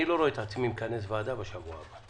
אני לא רואה את עצמי מכנס ועדה בשבוע הבא.